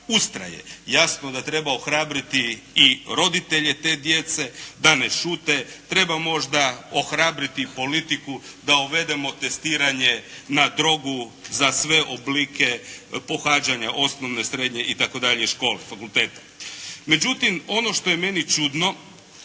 ustraje. Jasno da treba ohrabriti i roditelje te djece da ne šute, treba možda ohrabriti politiku da uvedemo testiranje na drogu za sve oblike pohađanja osnovne, srednje itd. škole, fakultete. Međutim, ono što je meni čudno